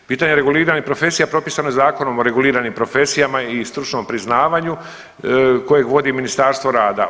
Pitanje reguliranih profesija propisano je Zakonom o reguliranim profesijama i stručnom priznavanju kojeg vodi Ministarstvo rada.